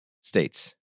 States